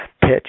pitch